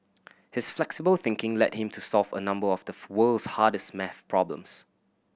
his flexible thinking led him to solve a number of the world's hardest maths problems